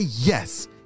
yes